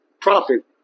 profit